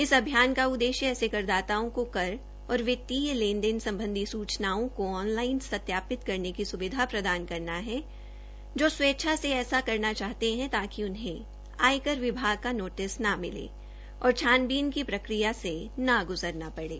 इस अभियान का उद्देश्य ऐसे करदाताओं को कर तथा वित्तीय लेनदेन संबंधी सूचनाओं को ऑनलाइन सत्यापित करने की सुविधा प्रदान करना है जो स्वेच्छा से ऐसा करना चाहते हैं ताकि उन्हें आयकर विभाग का नोटिस न मिले और छानबीन की प्रक्रिया से न गुजरना पड़े